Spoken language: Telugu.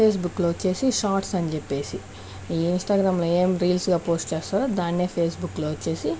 ఫేస్బుక్లో వచ్చేసి సార్ట్స్ అని చెప్పేసి ఈ ఇంస్టాగ్రాములో ఎం రీల్స్గా పోస్ట్ చేస్తారో దాన్నే ఫేస్బుక్లో వచ్చేసి